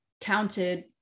counted